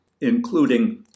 including